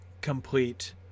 complete